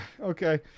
Okay